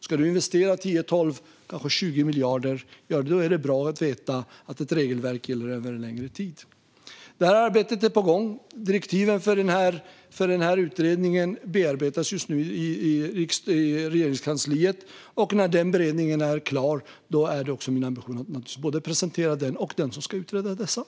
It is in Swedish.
Ska du investera 10-20 miljarder är det bra att veta att ett regelverk gäller över en längre tid. Det här arbetet är på gång. Direktiven för utredningen bearbetas just nu i Regeringskansliet, och när beredningen är klar är det också min ambition att presentera både direktiven och utredaren.